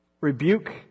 Rebuke